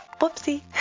whoopsie